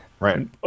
Right